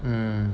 mm